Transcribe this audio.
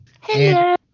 Hello